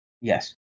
Yes